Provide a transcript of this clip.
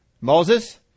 Moses